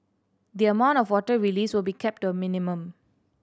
the amount of water released will be kept to a minimum